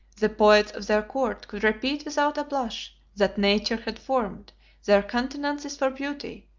the poets of their court could repeat without a blush, that nature had formed their countenances for beauty,